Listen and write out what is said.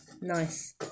nice